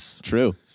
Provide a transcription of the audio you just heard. true